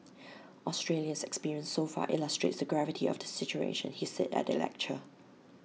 Australia's experience so far illustrates the gravity of the situation he said at the lecture